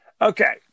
Okay